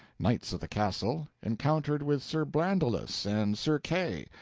knights of the castle, encountered with sir brandiles and sir kay,